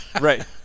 right